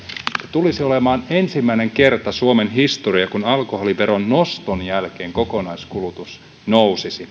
tulisi olemaan ensimmäinen kerta suomen historiassa kun alkoholiveron noston jälkeen kokonaiskulutus nousisi